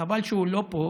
חבל שהוא לא פה,